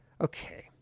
Okay